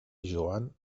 joan